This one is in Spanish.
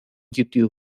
youtube